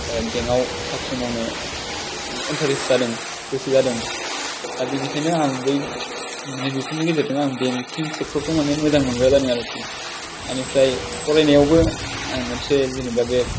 बेंकआव साख्रि मावनो माने इन्टारेस्ट जादों गोसो जादों दा बेनिखायनो आं बै नैबेफोरनि गेजेरजों आं बेंकिं सेक्टर खौ माने मोजां मोनग्रा जादों आरोखि बेनिफ्राय फरायनायावबो आं मोनसे जेनोबा बे